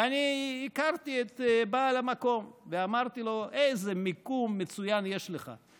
אני הכרתי את בעל המקום ואמרתי לו: איזה מיקום מצוין יש לך,